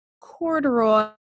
corduroy